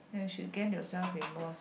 ya you should gain yourself involved